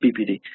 BPD